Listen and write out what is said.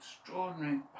extraordinary